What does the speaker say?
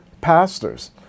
pastors